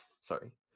Sorry